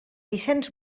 vicenç